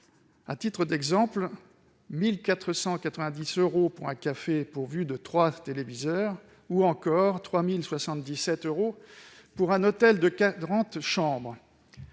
à titre d'exemple, 1 490 euros pour un café pourvu de trois téléviseurs, ou encore 3 877 euros pour un hôtel de quarante chambres.